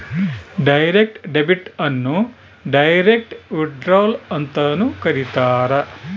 direct debit ಅನ್ನು direct withdrawal ಅಂತನೂ ಕರೀತಾರ